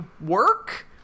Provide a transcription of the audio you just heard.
work